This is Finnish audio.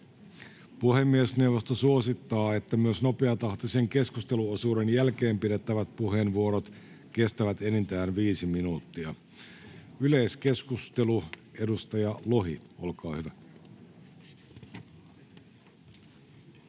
Puhemiesneuvosto suosittaa, että myös nopeatahtisen keskusteluosuuden jälkeen pidettävät puheenvuorot kestävät enintään viisi minuuttia. — Yleiskeskustelu, edustaja Lohi, olkaa hyvä.